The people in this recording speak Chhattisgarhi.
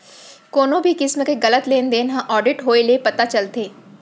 कोनो भी किसम के गलत लेन देन ह आडिट होए ले पता चलथे